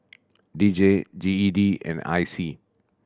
D J G E D and I C